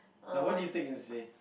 like what do you take as a C_C_A